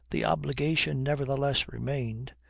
the obligation nevertheless remained,